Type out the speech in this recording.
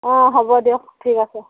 অ' হ'ব দিয়ক ঠিক আছে